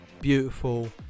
beautiful